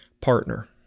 partner